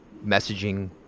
messaging